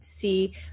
see